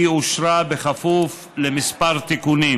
והיא אושרה בכפוף לכמה תיקונים.